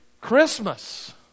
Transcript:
Christmas